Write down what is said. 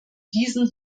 diesen